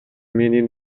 менин